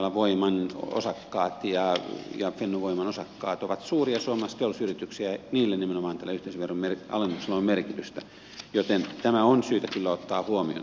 pohjolan voiman osakkaille ja fennovoiman osakkaille ne ovat suuria suomalaisia teollisuusyrityksiä nimenomaan tällä yhteisöveron alennuksella on merkitystä joten tämä on syytä kyllä ottaa huomioon tässä yhteydessä